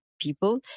people